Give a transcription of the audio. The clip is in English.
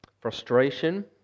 Frustration